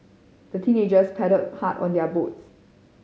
the teenagers paddled hard on their boats